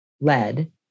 lead